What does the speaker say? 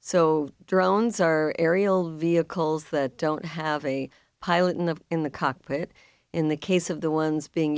so drones are aerial vehicles that don't have a pilot in the in the cockpit in the case of the ones being